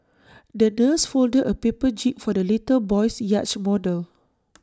the nurse folded A paper jib for the little boy's yacht model